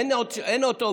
אין עוד אופציה.